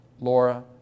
Laura